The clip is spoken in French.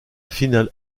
final